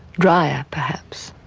drier, perhaps.